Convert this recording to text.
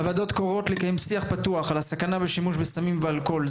הוועדות קוראות לקיים שיח פתוח על הסכנה בשימוש בסמים ובאלכוהול.